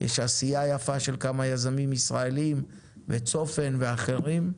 יש עשייה יפה של כמה יזמים ישראליים וצופן ואחרים,